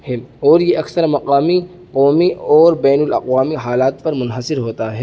ہے اور یہ اکثر مقامی قومی اور بین الاقوامی حالات پر منحصر ہوتا ہے